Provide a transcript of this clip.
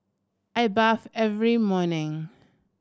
I bathe every morning